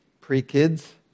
pre-kids